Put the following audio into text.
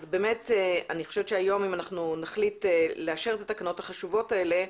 אם נחליט היום לאשר את התקנות החשובות האלה,